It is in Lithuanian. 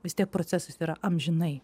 vis tiek procesas yra amžinai